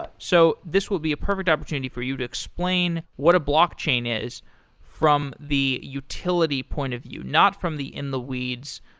ah so this will be a perfect opportunity for you to explain what a blockchain is from the utility point of view, not from the in-the-weeds.